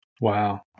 Wow